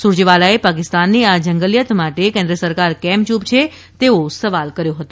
સુરેજવાલાએ પાકિસ્તાનની આ જંગલીયત માટે કેન્દ્ર સરકાર કેમ ચૂપ છે તેઓ સવાલ કર્યો હતો